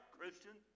Christian